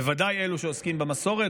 בוודאי אלו שעוסקים במסורת,